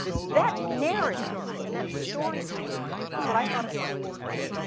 that narrative and that storytelling was what i thought a scientist was.